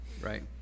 Right